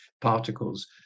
particles